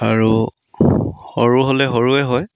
আৰু সৰু হ'লে সৰুৱে হয়